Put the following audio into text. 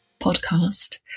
podcast